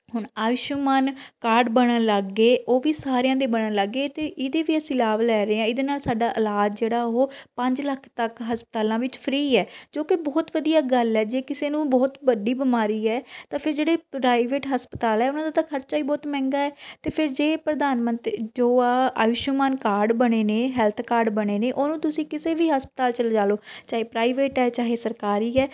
ਹੁਣ ਆਯੁਸ਼ਮਾਨ ਕਾਰਡ ਬਣਨ ਲੱਗ ਗਏ ਉਹ ਵੀ ਸਾਰਿਆਂ ਦੇ ਬਣਨ ਲੱਗ ਗਏ ਅਤੇ ਇਹਦੇ ਵੀ ਅਸੀਂ ਲਾਭ ਲੈ ਰਹੇ ਹਾਂ ਇਹਦੇ ਨਾਲ ਸਾਡਾ ਇਲਾਜ ਜਿਹੜਾ ਉਹ ਪੰਜ ਲੱਖ ਤੱਕ ਹਸਪਤਾਲਾਂ ਵਿੱਚ ਫ੍ਰੀ ਹੈ ਜੋ ਕਿ ਬਹੁਤ ਵਧੀਆ ਗੱਲ ਹੈ ਜੇ ਕਿਸੇ ਨੂੰ ਬਹੁਤ ਵੱਡੀ ਬਿਮਾਰੀ ਹੈ ਤਾਂ ਫਿਰ ਜਿਹੜੇ ਪ੍ਰਾਈਵੇਟ ਹਸਪਤਾਲ ਹੈ ਉਹਨਾਂ ਦਾ ਤਾਂ ਖਰਚਾ ਹੀ ਬਹੁਤ ਮਹਿੰਗਾ ਹੈ ਅਤੇ ਫਿਰ ਜੇ ਪ੍ਰਧਾਨ ਮੰਤ ਜੋ ਆ ਆਯੂਸ਼ਮਾਨ ਕਾਰਡ ਬਣੇ ਨੇ ਹੈਲਥ ਕਾਰਡ ਬਣੇ ਨੇ ਉਹਨੂੰ ਤੁਸੀਂ ਕਿਸੇ ਵੀ ਹਸਪਤਾਲ 'ਚ ਲਿਜਾ ਲੋ ਚਾਹੇ ਪ੍ਰਾਈਵੇਟ ਹੈ ਚਾਹੇ ਸਰਕਾਰੀ ਹੈ